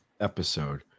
episode